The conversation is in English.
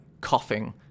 coughing